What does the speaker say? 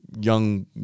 young